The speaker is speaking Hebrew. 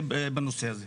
בנושא הזה.